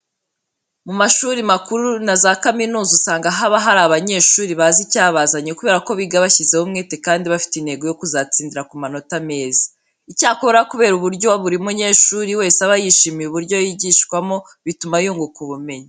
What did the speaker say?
Mu mashuri makuru na za kaminuza usanga haba hari abanyeshuri bazi icyabazanye kubera ko biga bashyizeho umwete kandi bafite intego yo kuzatsindira ku manota meza. Icyakora kubera uburyo buri munyeshuri wese aba yishimiye uburyo yigishwamo bituma yunguka ubumenyi.